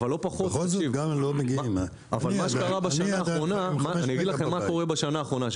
אני אגיד לכם מה קורה בשנה האחרונה.